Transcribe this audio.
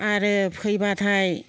आरो फैबाथाय